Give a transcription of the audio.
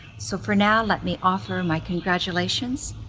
so for now, let me offer my congratulations,